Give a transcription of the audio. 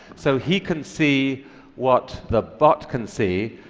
so he can see what the bot can see.